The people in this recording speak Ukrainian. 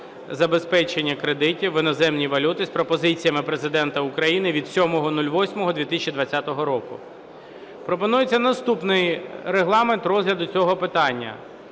забезпечення кредитів в іноземній валюті" з пропозиціями Президента України від 07.08.2020. Пропонується наступний регламент розгляду цього питання: